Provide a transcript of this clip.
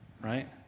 Right